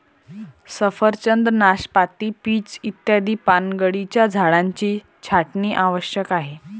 सफरचंद, नाशपाती, पीच इत्यादी पानगळीच्या झाडांची छाटणी आवश्यक आहे